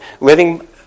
living